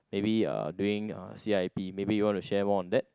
maybe uh during uh C_I_P maybe you want to share more on that